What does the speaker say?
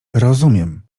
rozumiem